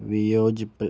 വിയോജിപ്പ്